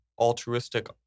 altruistic